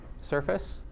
surface